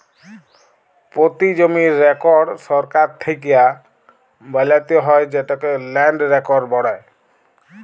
পতি জমির রেকড় সরকার থ্যাকে বালাত্যে হয় যেটকে ল্যান্ড রেকড় বলে